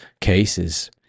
cases